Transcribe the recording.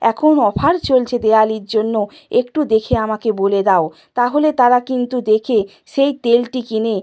এখন অফার চলছে দেওয়ালির জন্য একটু দেখে আমাকে বলে দাও তাহলে তারা কিন্তু দেখে সেই তেলটি কিনে